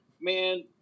man